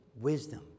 wisdom